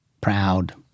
Proud